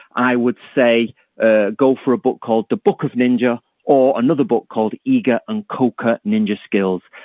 i would say ah go for a book called the book of ninja or another book called iga and koka ninja skills.